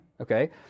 okay